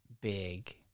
big